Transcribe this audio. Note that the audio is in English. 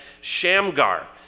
Shamgar